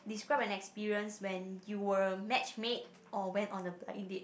describe an experience when you were matchmade or went on a blind date